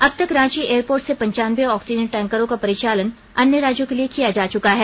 अब तक रांची एयरपोर्ट से पन्चानबे ऑक्सीजन टैंकर्रो का परिचालन अन्य राज्यों के लिए किया जा चुका है